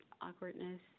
awkwardness